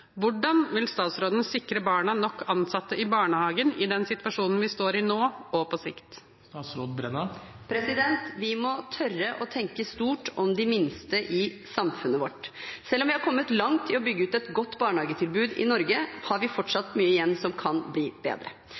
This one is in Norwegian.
Hvordan vil statsråden sikre barna nok ansatte i barnehagen i den situasjonen vi står i nå og på sikt?» Vi må tørre å tenke stort om de minste i samfunnet vårt. Selv om vi har kommet langt i å bygge ut et godt barnehagetilbud i Norge, har vi fortsatt mye igjen som kan bli bedre.